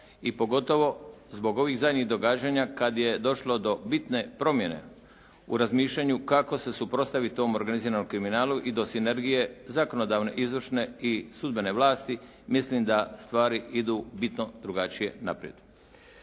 i pogotovo zbog ovih zadnjih događanja kada je došlo do bitne promjene u razmišljanju kako se suprotstaviti tom organiziranom kriminalu i do sinergije, zakonodavne, izvršne i sudbene vlasti mislim da stvari idu bitno drugačije naprijed.